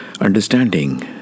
understanding